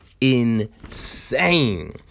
Insane